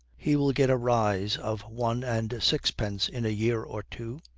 he will get a rise of one and sixpence in a year or two,